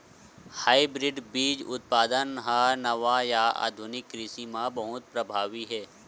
hybrid बीज उत्पादन हा नवा या आधुनिक कृषि मा बहुत प्रभावी हे